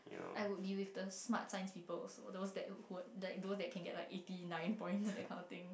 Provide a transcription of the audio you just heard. I would be with the smart science people also those that who would like those that can get like eighty nine points those kind of thing